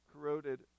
corroded